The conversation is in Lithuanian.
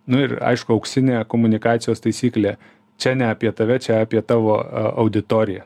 nu ir aišku auksinė komunikacijos taisyklė čia ne apie tave čia apie tavo auditoriją